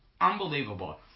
Unbelievable